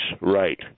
right